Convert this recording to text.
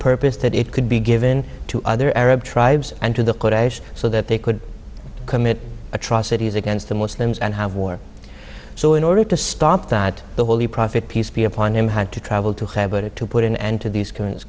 purpose that it could be given to other arab tribes and to the kurdish so that they could commit atrocities against the muslims and have war so in order to stop that the holy prophet peace be upon him had to travel to put it to put an end to these currents